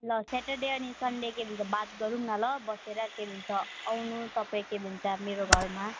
ल सेटरडे अनि सन्डेकै दिन त बात गरौँ न ल बसेर के हुन्छ आउनु तपाईँ के भन्छ मेरो घरमा